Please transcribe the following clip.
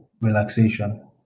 relaxation